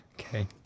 Okay